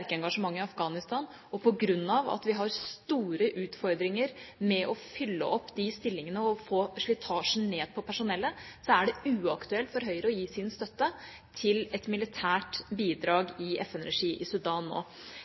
i Afghanistan, og på grunn av at vi har store utfordringer med å fylle opp de stillingene og få slitasjen ned på personellet, er det uaktuelt for Høyre å gi sin støtte til et militært bidrag i FN-regi i Sudan nå.